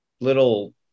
little